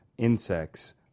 insects